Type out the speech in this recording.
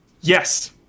Yes